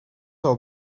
i’ll